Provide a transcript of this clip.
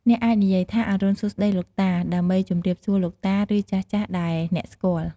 អ្នកអាចនិយាយថា "អរុណសួស្តីលោកតា" ដើម្បីជំរាបសួរលោកតា ឬ ចាស់ៗដែលអ្នកស្កាល់។